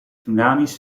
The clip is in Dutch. tsunami’s